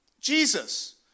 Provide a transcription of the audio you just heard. Jesus